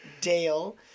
Dale